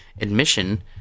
admission